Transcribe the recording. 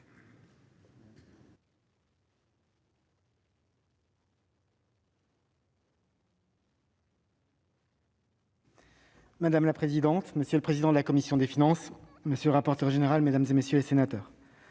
Madame la présidente, monsieur le président de la commission, monsieur le rapporteur général, mesdames, messieurs les sénateurs,